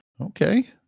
Okay